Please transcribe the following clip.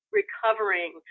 recovering